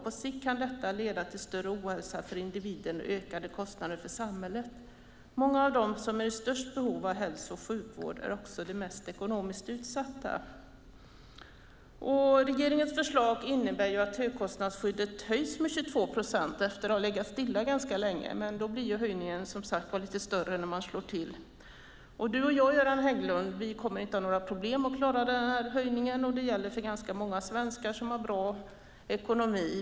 På sikt kan detta leda till större ohälsa för individen och ökade kostnader för samhället. Många av dem som är i störst behov av hälso och sjukvård är också de mest ekonomiskt utsatta. Regeringens förslag innebär att högkostnadsskyddet höjs med 22 procent efter att ha legat stilla ganska länge, men då blir höjningen, som sagt, lite större när man slår till. Du och jag, Göran Hägglund, kommer inte att ha några problem att klara den här höjningen, och det gäller för ganska många svenskar som har bra ekonomi.